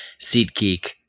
SeatGeek